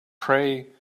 pray